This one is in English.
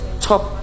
top